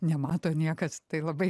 nemato niekas tai labai